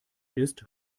ist